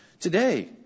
today